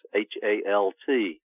H-A-L-T